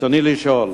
רצוני לשאול: